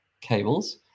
cables